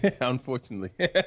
Unfortunately